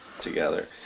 together